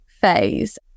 phase